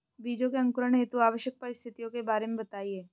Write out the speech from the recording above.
बीजों के अंकुरण हेतु आवश्यक परिस्थितियों के बारे में बताइए